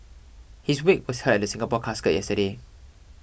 his wake was held at the Singapore Casket yesterday